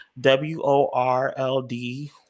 W-O-R-L-D